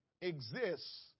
exists